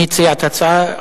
מי הציע את ההצעה?